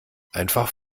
einfach